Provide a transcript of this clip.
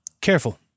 careful